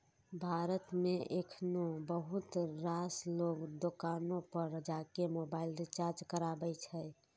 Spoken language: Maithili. भारत मे एखनो बहुत रास लोग दोकाने पर जाके मोबाइल रिचार्ज कराबै छै